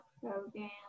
program